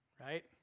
right